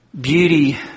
beauty